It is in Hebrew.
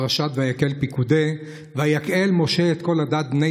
פרשת ויקהל-פקודי: "ויקהל משה את כל עדת בני